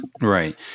Right